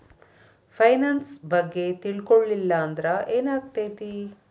Finance ಬಗ್ಗೆ ತಿಳ್ಕೊಳಿಲ್ಲಂದ್ರ ಏನಾಗ್ತೆತಿ?